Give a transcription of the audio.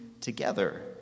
together